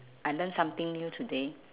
I learn something new today